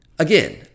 Again